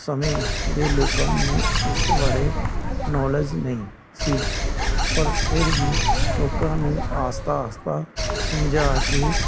ਸਮੇਂ ਦੇ ਲੋਕਾਂ ਨੂੰ ਇਸ ਬਾਰੇ ਨੋਲੇਜ ਨਹੀਂ ਸੀ ਪਰ ਫਿਰ ਵੀ ਲੋਕਾਂ ਨੂੰ ਆਸਤਾ ਆਸਤਾ ਸਮਝਾ ਕੇ